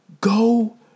Go